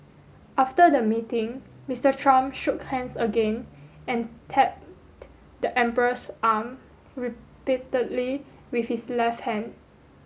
after the meeting Mister Trump shook hands again and tapped the emperor's arm repeatedly with his left hand